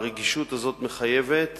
הרגישות הזאת מחייבת